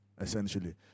essentially